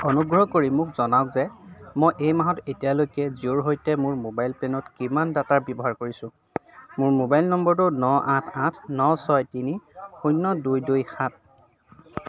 অনুগ্ৰহ কৰি মোক জনাওক যে মই এই মাহত এতিয়ালৈকে জিঅ'ৰ সৈতে মোৰ মোবাইল প্লেনত কিমান ডাটা ব্যৱহাৰ কৰিছো মোৰ মোবাইল নম্বৰটো ন আঠ আঠ ন ছয় তিনি শূন্য দুই দুই সাত